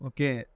Okay